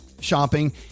shopping